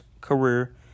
career